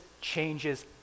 changes